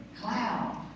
cloud